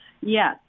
Yes